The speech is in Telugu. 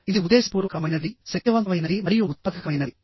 ఇది ఉద్దేశపూర్వకమైనది శక్తివంతమైనది మరియు ఉత్పాదకమైనది